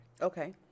okay